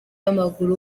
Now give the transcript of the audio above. w’amaguru